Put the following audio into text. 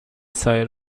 سایه